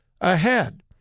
ahead